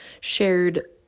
shared